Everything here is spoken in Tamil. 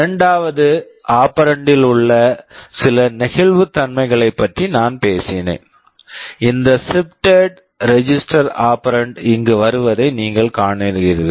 இரண்டாவது ஆப்பெரண்ட் operand ல் உள்ள சில நெகிழ்வுத்தன்மைகளைப் பற்றி நான் பேசினேன் இந்த shifted shifted register register operand operand இங்கு வருவதை நீங்கள் காண்கிறீர்கள்